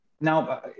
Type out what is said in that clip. Now